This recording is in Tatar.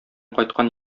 кайткан